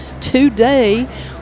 today